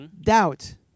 doubt